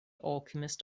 alchemist